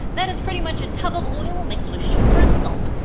that is pretty much a tub of oil mixed with sugar and salt.